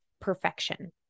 perfection